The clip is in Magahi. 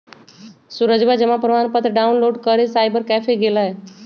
सूरजवा जमा प्रमाण पत्र डाउनलोड करे साइबर कैफे गैलय